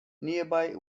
nearby